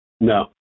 No